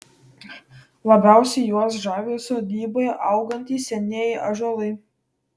labiausiai juos žavi sodyboje augantys senieji ąžuolai